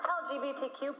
lgbtq